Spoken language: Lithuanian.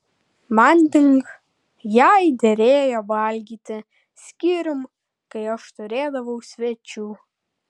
manding jai derėjo valgyti skyrium kai aš turėdavau svečių